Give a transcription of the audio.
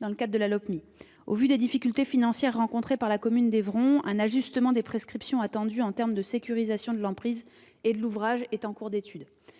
dans le cadre de la Lopmi. Au vu des difficultés financières rencontrées par la commune d'Évron, un ajustement des prescriptions attendues en termes de sécurisation de l'emprise et de l'ouvrage est en cours d'étude.